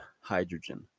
hydrogen